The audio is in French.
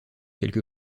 quelque